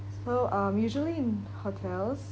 so um usually in hotels